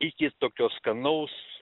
iki tokio skanaus